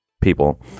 people